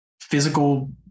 Physical